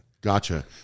Gotcha